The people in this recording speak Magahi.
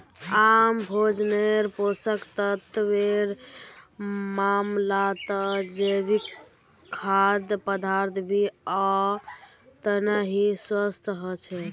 आम भोजन्नेर पोषक तत्वेर मामलाततजैविक खाद्य पदार्थ भी ओतना ही स्वस्थ ह छे